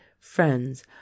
friends